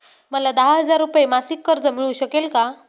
मला दहा हजार रुपये मासिक कर्ज मिळू शकेल का?